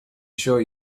sure